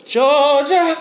Georgia